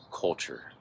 culture